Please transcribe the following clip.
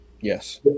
Yes